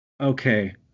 okay